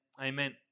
Amen